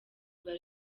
rwa